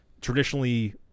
traditionally